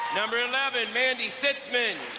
number eleven, amanda sitzmann.